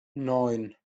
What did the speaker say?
neun